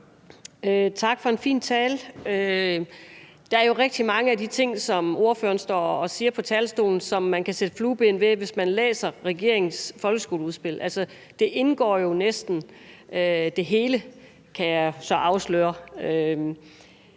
Tak for en fin tale. Der er jo rigtig mange af de ting, som ordføreren står og siger på talerstolen, som man kan sætte flueben ved, hvis man læser regeringens folkeskoleudspil. Altså, næsten det hele indgår jo deri, kan jeg så afsløre.